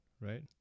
right